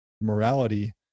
morality